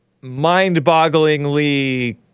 mind-bogglingly